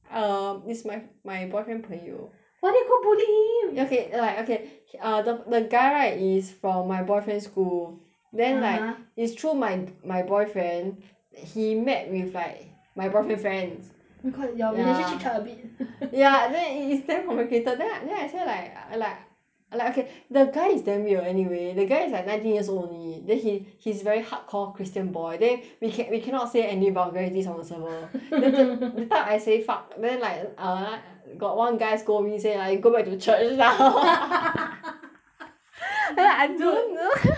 uh is my my boyfriend 朋友 why you go bully him okay like okay the the guy right is from my boyfriend school (uh huh) then like it's through my my boyfriend he met with like my boyfriend friends oh my god your ya relationship chart a bit ya then it is damn complicated then I then I swear like like like okay the guy is damn weird anyway the guy is nineteen years old only then he he's very hardcore christian boy then we can we cannot say any vulgarities on the server that time I say fuck then like uh got one guy scold me say ah you go back to church now then dude I don't know